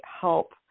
help